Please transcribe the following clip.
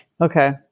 Okay